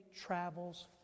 travels